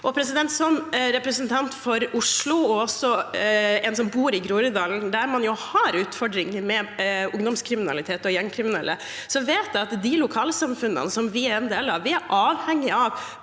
Som representant for Oslo – og som en som bor i Groruddalen, der man jo har utfordringer med ungdomskriminalitet og gjengkriminelle – vet jeg at de lokalsamfunnene som disse er en del av, er avhengige av